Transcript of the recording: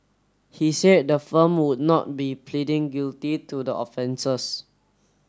he said the firm would not be pleading guilty to the offences